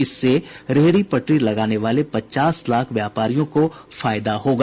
इससे रेहडी पटरी वाले पचास लाख व्यापारियों को फायदा होगा